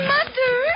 Mother